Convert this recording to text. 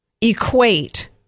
equate